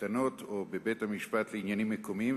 קטנות או בבית-המשפט לעניינים מקומיים,